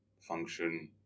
function